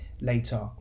later